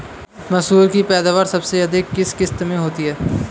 मसूर की पैदावार सबसे अधिक किस किश्त में होती है?